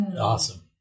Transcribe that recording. Awesome